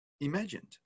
imagined